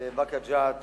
באקה ג'ת ועוד,